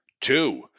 Two